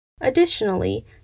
Additionally